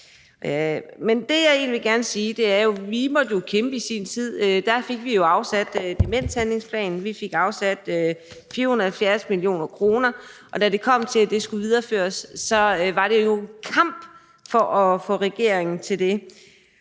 Men det, jeg egentlig gerne vil sige, er, at vi jo måtte kæmpe i sin tid. Da fik vi afsat noget til demenshandlingsplanen. Vi fik afsat 470 mio. kr., og da det kom til, at det skulle videreføres, så var det jo en kamp at få regeringen til det.